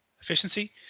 efficiency